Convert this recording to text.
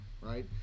right